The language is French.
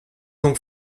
donc